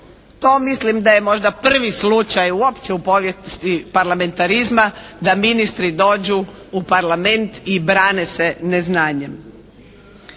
To mislim da je možda prvi slučaj uopće u povijesti parlamentarizma da ministri dođu u Parlament i brane se neznanjem.